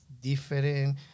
different